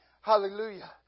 Hallelujah